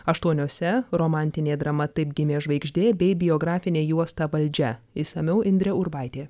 aštuoniose romantinė drama taip gimė žvaigždė bei biografinę juostą valdžia išsamiau indrė urbaitė